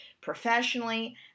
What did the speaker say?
professionally